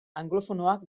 anglofonoak